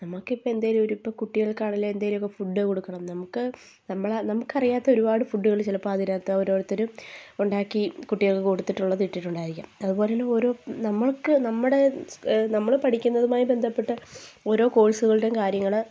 നമുക്കിപ്പം എന്തേലും ഒരു ഇപ്പം കുട്ടികൾക്കാണേലും എന്തേലും ഒക്കെ ഫുഡ് കൊടുക്കണം നമുക്ക് നമ്മൾ നമുക്കറിയാത്ത ഒരുപാട് ഫുഡുകൾ ചിലപ്പം അതിനകത്ത് ഒരോരുത്തരും ഉണ്ടാക്കി കുട്ടികൾക്ക് കൊടുത്തിട്ടുള്ളത് ഇട്ടിട്ടുണ്ടായിരിക്കാം അതുപോലെ തന്നെ ഓരോ നമ്മൾക്ക് നമ്മുടെ നമ്മൾ പഠിക്കുന്നതുമായി ബന്ധപ്പെട്ട് ഓരോ കോഴ്സുകളുടേം കാര്യങ്ങൾ